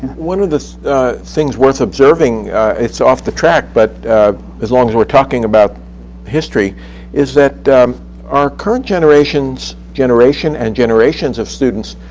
one of the things worth observing it's off the track but as long as we're talking about history is that our current generation, and generations of students,